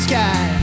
Sky